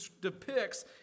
depicts